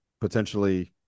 potentially